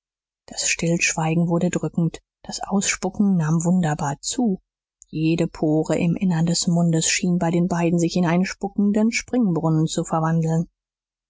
das stillschweigen wurde drückend das ausspucken nahm wunderbar zu jede pore im innern des mundes schien bei den beiden sich in einen spuckenden springbrunnen zu verwandeln